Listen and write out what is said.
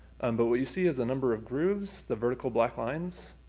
and but what you see is a number of grooves, the vertical blank lines.